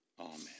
Amen